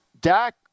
Dak